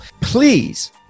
please